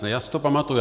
Já si to pamatuji.